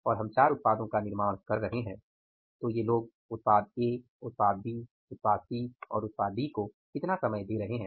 और हम 4 उत्पादों का निर्माण कर रहे हैं तो ये लोग उत्पाद A उत्पाद B उत्पाद C और उत्पाद D को कितना समय दे रहे हैं